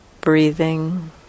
breathing